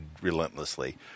relentlessly